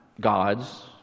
gods